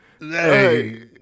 Hey